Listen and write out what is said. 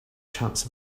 chance